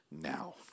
now